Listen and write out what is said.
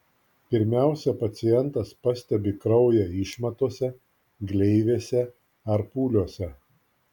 pirmiausia pacientas pastebi kraują išmatose gleivėse ar pūliuose